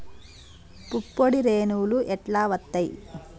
పుప్పొడి రేణువులు ఎట్లా వత్తయ్?